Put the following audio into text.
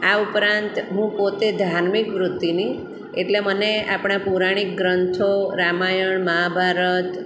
આ ઉપરાંત હું પોતે ધાર્મિક વૃત્તિની એટલે મને આપણા પૌરાણિક ગ્રંથો રામાયણ મહાભારત